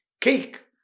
cake